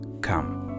come